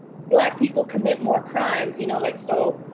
black people commit more crimes you know, like so.